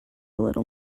little